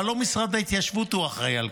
אבל לא משרד ההתיישבות הוא האחראי לכך.